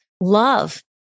love